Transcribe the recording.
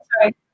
Sorry